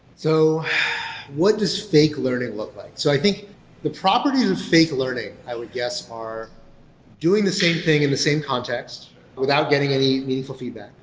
so what does fake learning look like? so i think the properties of fake learning, i would guess, are doing the same thing in the same context without getting any meaningful feedback.